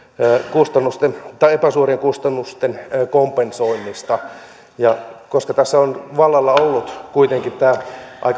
epäsuorien kustannusten kompensoinnissa koska tässä ovat vallalla olleet kuitenkin aika pitkälle tämä